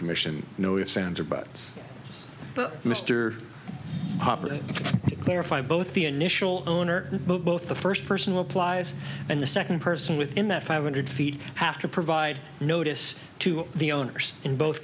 commission no ifs ands or buts but mister clarify both the initial owner both the first person who applies and the second person within the five hundred feet have to provide notice to the owners in both